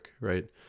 right